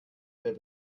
wer